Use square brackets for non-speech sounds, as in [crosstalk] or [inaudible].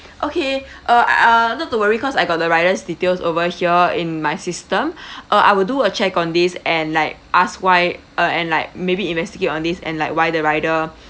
okay uh not too worried cause I got the rider's detail over here in my system [breath] uh I will do a check on this and like ask why uh and like maybe investigate on this and like why the rider